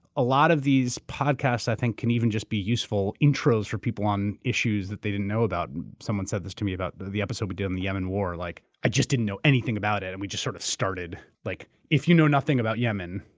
a lot of these podcasts i think can even just be useful intros for people on issues that they didn't know about. someone said this to me about the the episode we did on the yemen war, like i just didn't know anything about it. and we just sort of started. like if you know nothing about yemen,